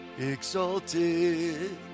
Exalted